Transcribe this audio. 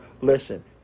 listen